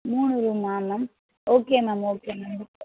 மூணு ரூமா ma'am okay ma'am okay ma'am